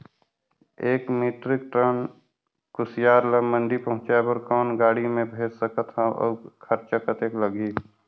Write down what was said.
एक metric ton कुसियार ल मंडी पहुंचाय बर कौन गाड़ी मे भेज सकत हव अउ खरचा कतेक लगही?